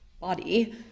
body